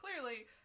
clearly